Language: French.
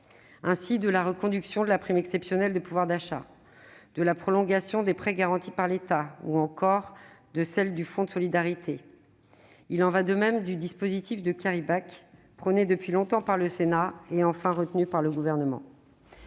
ainsi de la reconduction de la prime exceptionnelle de pouvoir d'achat ou encore de la prolongation des prêts garantis par l'État et du fonds de solidarité. Il en va de même du dispositif de prôné depuis longtemps par le Sénat et enfin retenu par le Gouvernement.